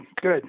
Good